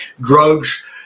Drugs